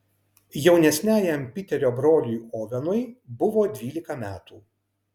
jaunesniajam piterio broliui ovenui buvo dvylika metų